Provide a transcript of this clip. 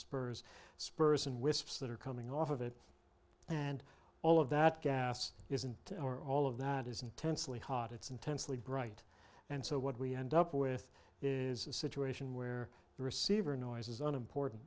wisps that are coming off of it and all of that gas isn't or all of that is intensely hot it's intensely bright and so what we end up with is a situation where the receiver noise is an important